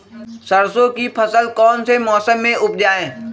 सरसों की फसल कौन से मौसम में उपजाए?